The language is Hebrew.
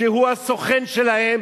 שהוא הסוכן שלהם,